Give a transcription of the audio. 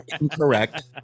incorrect